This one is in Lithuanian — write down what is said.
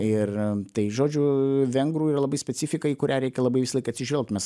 ir tai žodžiu vengrų yra labai specifika į kurią reikia labai visą laiką atsižvelgt nes